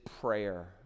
prayer